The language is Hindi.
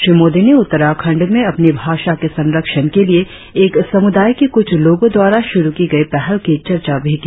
श्री मोदी ने उत्तराखण्ड में अपनी भाषा के संरक्षण के लिए एक समुदाय के कुछ लोगों द्वारा शुरु की गई पहल की चर्चा भी की